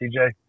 TJ